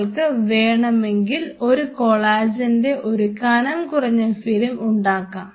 നിങ്ങൾക്ക് വേണമെങ്കിൽ ഒരു കോളേജന്റെ ഒരു കനംകുറഞ്ഞ ഫിലിം ഉണ്ടാക്കാം